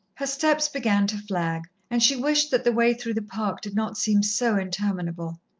her steps began to flag, and she wished that the way through the park did not seem so interminable.